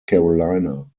carolina